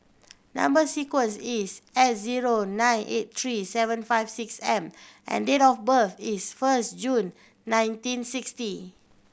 number sequence is S zero nine eight three seven five six M and date of birth is first June nineteen sixty